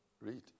Read